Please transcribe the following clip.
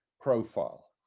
profile